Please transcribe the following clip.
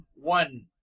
one